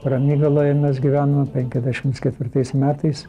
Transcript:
ramygaloje mes gyvenom penkiasdešim ketvirtais metais